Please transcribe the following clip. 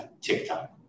TikTok